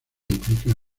implica